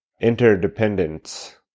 Interdependence